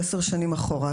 10 שנים אחורה.